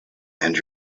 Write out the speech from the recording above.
and